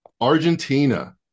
Argentina